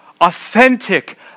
authentic